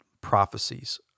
prophecies